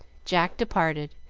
jack departed,